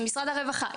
עם משרד הרווחה,